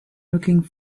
looking